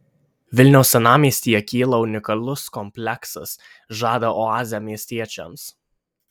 vilniaus senamiestyje kyla unikalus kompleksas žada oazę miestiečiams